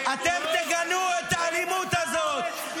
אתם תגנו את האלימות הזאת.